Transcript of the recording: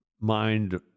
mind